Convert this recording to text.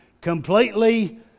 completely